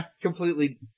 completely